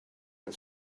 and